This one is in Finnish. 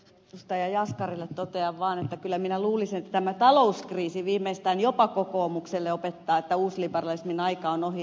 jaskarille totean vaan että kyllä minä luulisin että tämä talouskriisi viimeistään jopa kokoomukselle opettaa että uusliberalismin aika on ohi